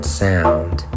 sound